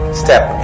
step